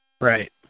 Right